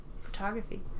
photography